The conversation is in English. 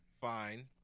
Fine